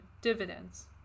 dividends